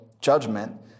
judgment